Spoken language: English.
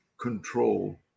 control